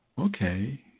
okay